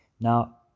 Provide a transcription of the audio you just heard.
Now